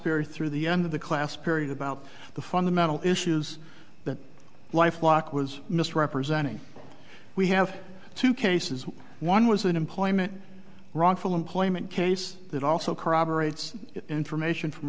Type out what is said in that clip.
period through the end of the class period about the fundamental issues that life lock was misrepresenting we have two cases one was an employment wrongful employment case that also corroborates information from